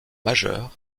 majeur